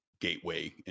gateway